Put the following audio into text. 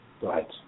Right